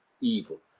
evil